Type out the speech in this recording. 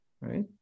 Right